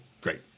great